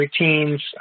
routines